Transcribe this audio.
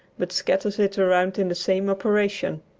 but scatters it around in the same operation.